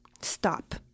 stop